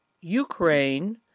Ukraine—